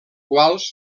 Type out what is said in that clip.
que